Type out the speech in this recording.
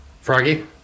Froggy